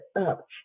up